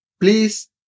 please